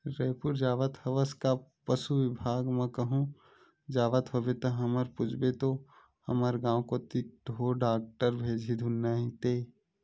रइपुर जावत हवस का पसु बिभाग म कहूं जावत होबे ता हमर पूछबे तो हमर गांव कोती ढोर डॉक्टर भेजही धुन नइते